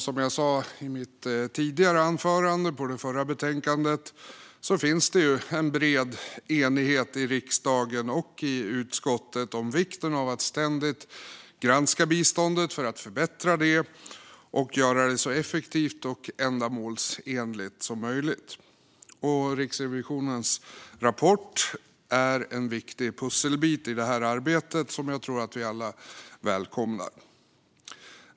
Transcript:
Som jag sa i mitt anförande i den förra debatten finns det en bred enighet i riksdagen och i utskottet om vikten av att ständigt granska biståndet för att förbättra det och göra det så effektivt och ändamålsenligt som möjligt. Riksrevisionens rapport är en viktig pusselbit i detta arbetet som jag tror att vi alla välkomnar.